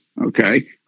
Okay